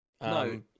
No